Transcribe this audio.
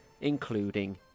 including